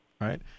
right